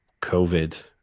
COVID